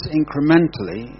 incrementally